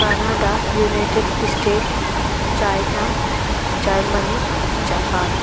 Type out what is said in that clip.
Canada united state China Germany Japan